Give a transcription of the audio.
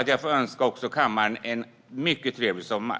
Jag önskar kammaren en mycket trevlig sommar.